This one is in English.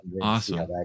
Awesome